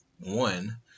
one